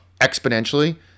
exponentially